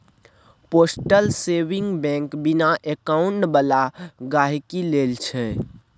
postal saving bank बिना account बला गहिंकी लेल छै